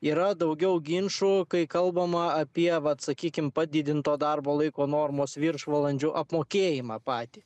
yra daugiau ginčų kai kalbama apie vat sakykim padidinto darbo laiko normos viršvalandžių apmokėjimą patį